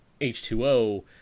h2o